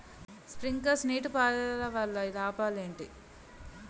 Sprinkler నీటిపారుదల వల్ల లాభాలు ఏంటి?